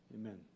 amen